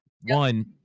one